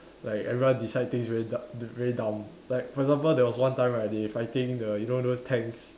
like everyone decide things very du~ very dumb like for example there was one time right they fighting the you know those tanks